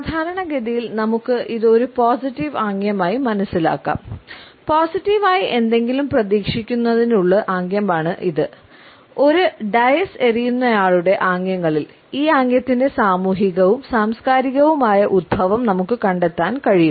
സാധാരണഗതിയിൽ നമുക്ക് ഇത് ഒരു പോസിറ്റീവ് എറിയുന്നയാളുടെ ആംഗ്യങ്ങളിൽ ഈ ആംഗ്യത്തിന്റെ സാമൂഹികവും സാംസ്കാരികവുമായ ഉത്ഭവം നമുക്ക് കണ്ടെത്താൻ കഴിയും